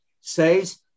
says